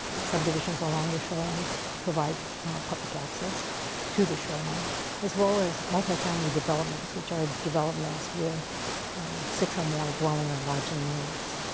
that subdivisions along the shoreline provide public access to the shoreline as well as multifamily developments which are developments with six or more dwelling or lodging units.